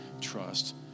trust